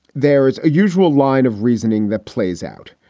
there is a usual line of reasoning that plays out.